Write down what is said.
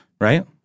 right